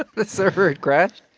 the server had crashed